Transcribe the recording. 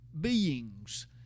beings